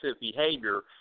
behavior